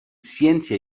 ciència